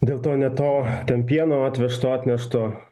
dėl to ne to ten pieno atvežto atnešto